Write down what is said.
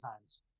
times